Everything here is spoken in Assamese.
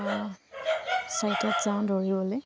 চাইটত যাওঁ দৌৰিলৈ